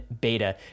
beta